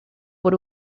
por